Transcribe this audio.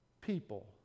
people